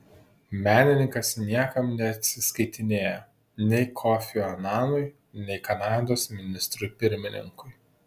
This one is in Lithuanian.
menininkas niekam neatsiskaitinėja nei kofiui ananui nei kanados ministrui pirmininkui